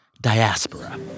diaspora